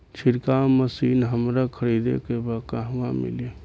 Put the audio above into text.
छिरकाव मशिन हमरा खरीदे के बा कहवा मिली?